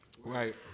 Right